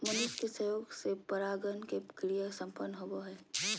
मनुष्य के सहयोग से परागण के क्रिया संपन्न होबो हइ